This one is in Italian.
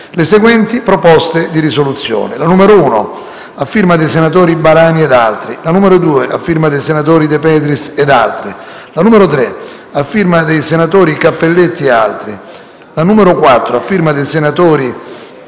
le seguenti proposte di risoluzione: